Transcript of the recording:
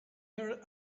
her